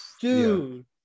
Dude